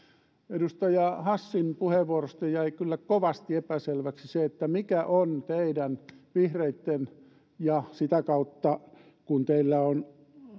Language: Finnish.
edustaja hassin puheenvuorosta jäi kyllä kovasti epäselväksi se mikä on teidän vihreitten ja sitä kautta kun teillä on